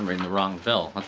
in the wrong bill.